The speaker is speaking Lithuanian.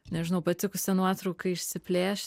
nežinau patikusią nuotrauką išsiplėšt